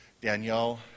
Danielle